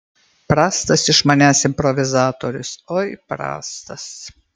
prastas iš manęs improvizatorius oi prastas